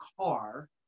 car